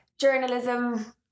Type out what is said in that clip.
journalism